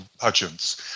Hutchins